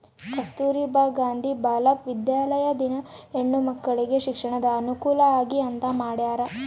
ಕಸ್ತುರ್ಭ ಗಾಂಧಿ ಬಾಲಿಕ ವಿದ್ಯಾಲಯ ದಿನ ಹೆಣ್ಣು ಮಕ್ಕಳಿಗೆ ಶಿಕ್ಷಣದ ಅನುಕುಲ ಆಗ್ಲಿ ಅಂತ ಮಾಡ್ಯರ